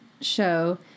show